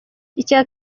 icya